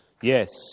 Yes